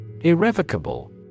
Irrevocable